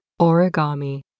origami